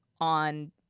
on